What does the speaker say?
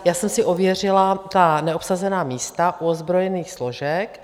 Já jsem si ověřila ta neobsazená místa u ozbrojených složek.